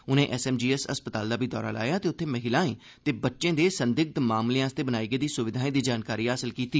उनें एसएमजीएस अस्पताल दा बी दौरा लाया ते उत्थे महिलाए ते बच्चे दे संदिग्घ मामलें आस्तै बनाई गेदी सुविघाएं दी जानकारी हासल कीती